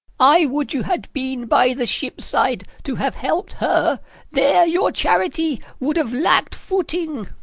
i would you had been by the ship-side, to have helped her there your charity would have lacked footing.